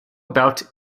about